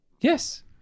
Yes